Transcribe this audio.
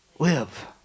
live